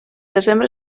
desembre